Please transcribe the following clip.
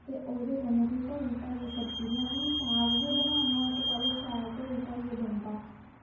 ते ओह्दे कन्नै भी धोइयै सब्ज़ी बनानी ते साग गै बनाना होऐ ते पैह्लें शैल धोइयै बनदा